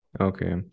Okay